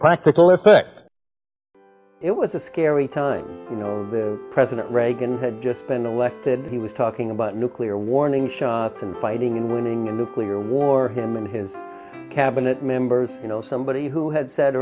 practical effect it was a scary time president reagan had just been elected he was talking about nuclear warning shots and fighting and winning a nuclear war in the in his cabinet members you know somebody who had said